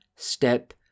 step